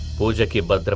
pooja. but but